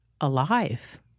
alive